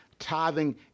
tithing